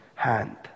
Hand